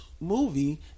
movie